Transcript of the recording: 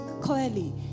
clearly